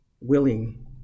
willing